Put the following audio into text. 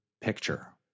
picture